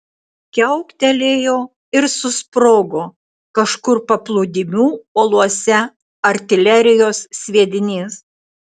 kiauktelėjo ir susprogo kažkur paplūdimių uolose artilerijos sviedinys